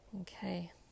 Okay